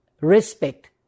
respect